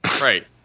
Right